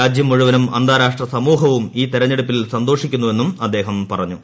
രാജ്യം മുഴുവനും അന്താരാഷ്ട്ര സമൂഹവും ഈ തെരഞ്ഞെടുപ്പിൽ സന്തോഷിക്കുന്നുവെന്നും അദ്ദേഹം പറഞ്ഞു